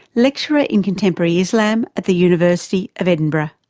lecturer in contemporary islam at the university of edinburgh.